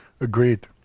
agreed